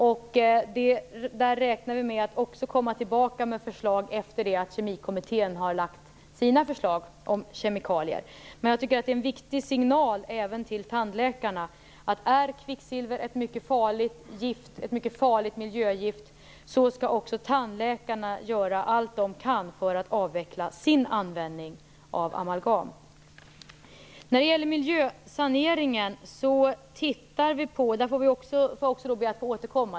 Vi räknar med att vi skall komma tillbaka med förslag efter det att Kemikommittén har lagt fram sina förslag om kemikalier. Men detta är en viktig signal även till tandläkarna. Om kvicksilver är ett mycket farligt miljögift skall också tandläkarna göra allt de kan för att avveckla sin användning av amalgam. När det gäller miljösaneringen ber jag också att få återkomma.